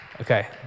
Okay